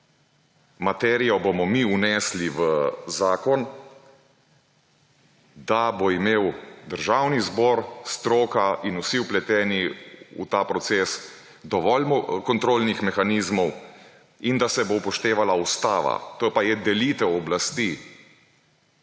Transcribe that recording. materijo bomo mi vnesli v zakon, da bodo imeli Državni zbor, stroka in vsi vpleteni v ta proces dovolj kontrolnih mehanizmov in da se bo upoštevala ustava. To pa je delitev oblasti.